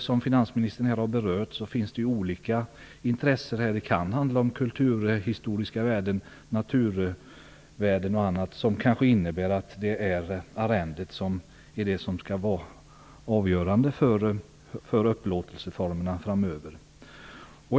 Som finansministern här har berört finns det olika intressen - det kan gälla kulturhistoriska värden, naturvärden m.m. - som kanske innebär att arrendet skall vara avgörande för upplåtelseformerna framöver.